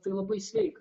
tai labai sveika